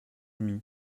demie